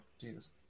Jesus